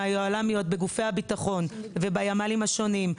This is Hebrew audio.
היוהל"מיות בגופי הביטחון ובימ"לים השונים.